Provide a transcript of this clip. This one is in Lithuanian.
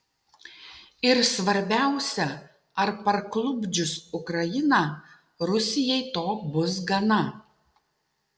ir svarbiausia ar parklupdžius ukrainą rusijai to bus gana